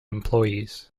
employees